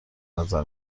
نظر